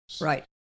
Right